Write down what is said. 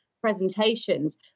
presentations